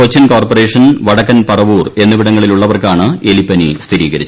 Cochin corporation വടക്കൻ പറവുർ എന്നിവിടങ്ങളിലുള്ളവർക്കാണ് എലിപ്പനി സ്ഥിരീകരിച്ചത്